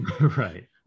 right